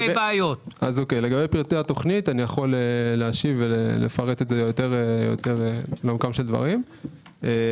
לגבי פרטי התוכנית אוכל להשיב יותר לעומקם של דברים.